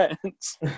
friends